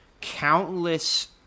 countless